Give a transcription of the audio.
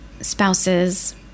spouses